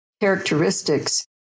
characteristics